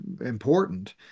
important